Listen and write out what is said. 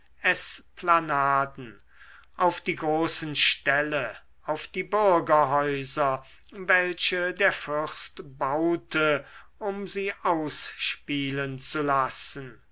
esplanaden auf die großen ställe auf die bürgerhäuser welche der fürst baute um sie ausspielen zu lassen